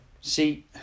See